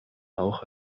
auch